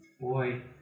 boy